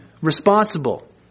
responsible